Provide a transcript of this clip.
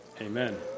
amen